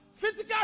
Physical